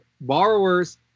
Borrowers